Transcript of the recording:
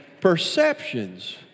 perceptions